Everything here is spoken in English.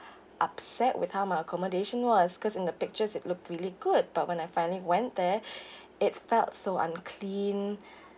upset with how my accommodation was cause in the pictures it looked really good but when I finally went there it felt so unclean